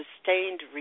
sustained